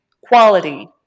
quality